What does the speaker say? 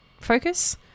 focus